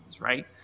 Right